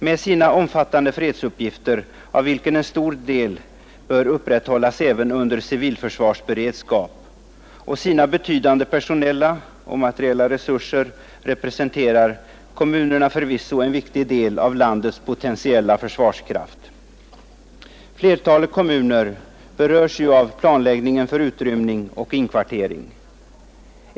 Med sina omfattande fredsuppgifter, av vilka många bör fullföljas även under civilförsvarsberedskap, och sina betydande personella och materiella resurser representerar kommunerna förvisso en viktig sida av landets potentiella försvarskraft. Flertalet kommuner berörs ju av planläggningen för utrymning och inkvartering.